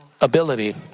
ability